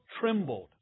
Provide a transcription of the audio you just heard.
trembled